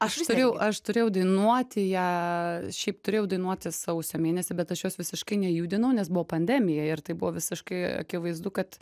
aš turėjau aš turėjau dainuoti ją šiaip turėjau dainuoti sausio mėnesį bet aš jos visiškai nejaudinau nes buvo pandemija ir tai buvo visiškai akivaizdu kad